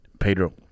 Pedro